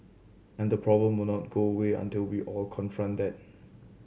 and the problem will not go away until we all confront that